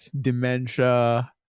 dementia